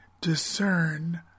discern